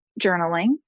journaling